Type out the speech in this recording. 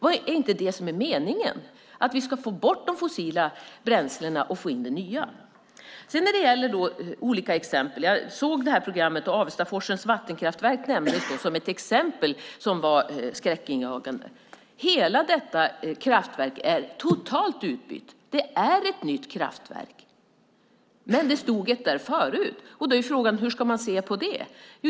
Är det inte det som är meningen, att vi ska få bort de fossila bränslena och få in det nya? Det finns olika exempel. Jag såg programmet, och Avestaforsens vattenkraftverk nämndes som ett exempel som var skräckinjagande. Hela detta kraftverk är totalt utbytt. Det är ett nytt kraftverk, men det stod ett där förut. Frågan är: Hur ska man se på det?